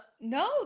no